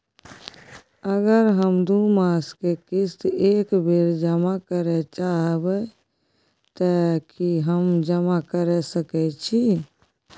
अगर हम दू मास के किस्त एक बेर जमा करे चाहबे तय की हम जमा कय सके छि?